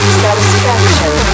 satisfaction